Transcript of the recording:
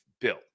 bill